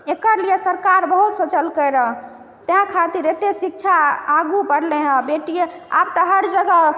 एकर लिए सरकार बहुत सोचलकै रऽ ताहि खातिर एते शिक्षा आगु बढ़लै हँ आब तऽ हर जगह